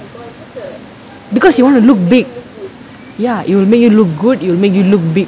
because you want to look big ya it will make you look good you will make you look big